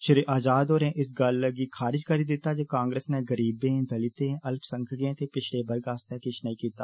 श्री आज़ाद होरें इस गल्ला गी खारिज करी दिता जे कांग्रेस ने गरीबें दलितें अल्पसंख्यकें ते पिच्छडे वर्ग आस्तै किष नेई कीता